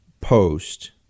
Post